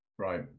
Right